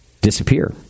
disappear